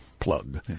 plug